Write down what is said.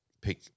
Pick